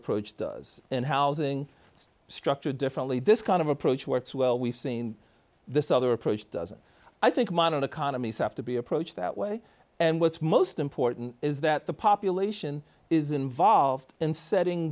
approach does in housing it's structured differently this kind of approach works well we've seen this other approach doesn't i think modern economies have to be approached that way and what's most important is that the population is involved in setting